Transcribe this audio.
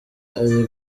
ari